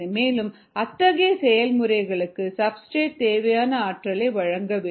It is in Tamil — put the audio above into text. மேலும் அத்தகைய செயல்முறைகளுக்கு சப்ஸ்டிரேட் தேவையான ஆற்றலை வழங்க வேண்டும்